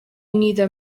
neither